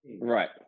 Right